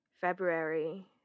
February